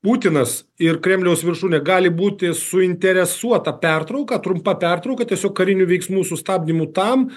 putinas ir kremliaus viršūnė gali būti suinteresuota pertrauka trumpa pertrauka tiesiog karinių veiksmų sustabdymu tam